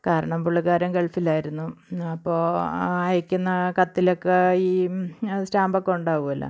കാരണം പുള്ളിക്കാരൻ ഗൾഫിലായിരുന്നു അപ്പോൾ അയയ്ക്കുന്ന കത്തിലൊക്കെ ഈ സ്റ്റാമ്പ് ഒക്കെ ഉണ്ടാവുമല്ലോ